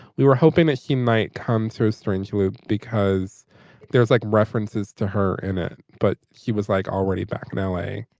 we were hoping that she might come through strings too ah because there's like references to her in it. but she was like already back my way.